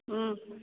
ꯎꯝ